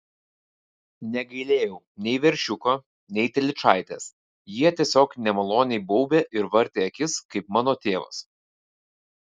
negailėjau nei veršiuko nei telyčaitės jie tiesiog nemaloniai baubė ir vartė akis kaip mano tėvas